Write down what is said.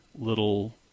little